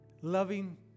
loving